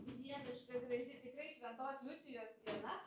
dieviška graži tikrai šventos liucijos diena